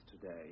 today